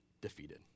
defeated